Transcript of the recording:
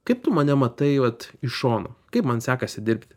kaip tu mane matai vat iš šono kaip man sekasi dirbti